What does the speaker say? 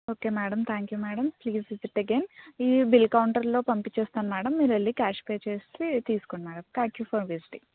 okay madam thank you madam please visit again ఇవి bill కౌంటర్లోకి పంపించేస్తాను మేడం మీరు వెళ్ళి క్యాష్ పే చేసేసి తీస్కోండి madam thank you for visiting